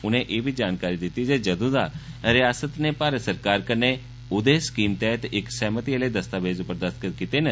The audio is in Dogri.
उनें ए बी जानकारी दिती जे जंद दा रियासत नै भारत सरकार कन्नै 'उदय' स्कीम तैहत इक सहमति आले दस्तावेज पर दस्तख्त कीते न